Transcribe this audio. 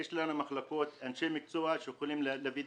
יש לנו מחלקות עם אנשי מקצוע שיכולים להביע את